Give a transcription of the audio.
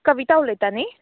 कविता उलयता न्ही